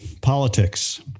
Politics